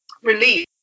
release